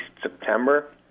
September